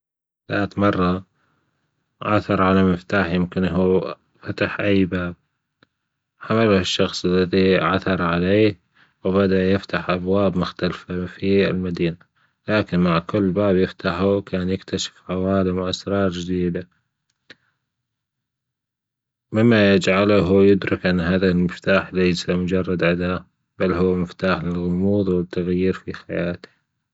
ذات مرة عثر على مفتاح يمكنه فتح أي باب الشخص الذي عثر عليه وبدأ يفتح أبواب مختلفة في المدينة لكن مع كل باب يفتحه كان يكتشف عوالم وأسرار جديدة مما يجعله يدرك أن هذا المفتاح ليس مجرد أداه بل هو مفتاح للغموض والتغيير في حياته